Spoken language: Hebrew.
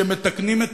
שמתקנים את